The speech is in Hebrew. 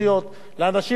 לאנשים החלכאים,